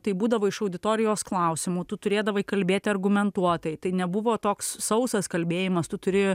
tai būdavo iš auditorijos klausimų tu turėdavai kalbėti argumentuotai tai nebuvo toks sausas kalbėjimas tu turi